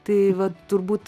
tai vat turbūt